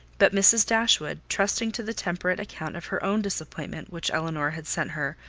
but mrs. dashwood, trusting to the temperate account of her own disappointment which elinor had sent her,